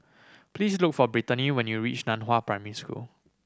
please look for Brittani when you reach Nan Hua Primary School